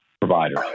providers